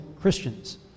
Christians